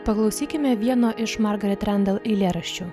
paklausykime vieno iš margaret rendal eilėraščių